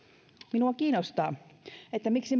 minua kiinnostaa miksi